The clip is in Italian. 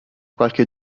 qualche